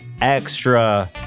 Extra